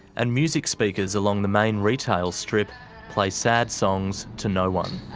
and music speakers along the main retail strip play sad songs to no one.